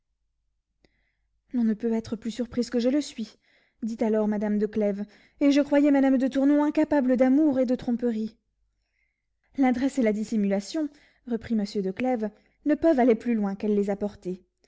l'on ne peut être plus surprise que je le suis dit alors madame de clèves et je croyais madame de tournon incapable d'amour et de tromperie l'adresse et la dissimulation reprit monsieur de clèves ne peuvent aller plus loin qu'elle les